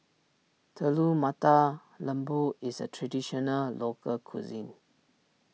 Telur Mata Lembu is a Traditional Local Cuisine